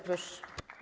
Proszę.